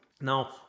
Now